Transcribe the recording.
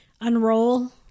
unroll